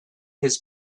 his